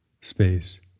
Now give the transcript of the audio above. space